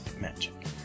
Magic